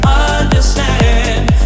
understand